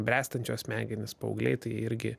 bręstančios smegenys paaugliai tai irgi